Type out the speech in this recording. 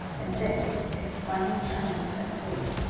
and this explained ernest's escape.